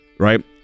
right